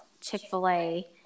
Chick-fil-A